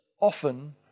often